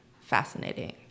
fascinating